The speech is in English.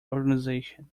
organization